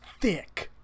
thick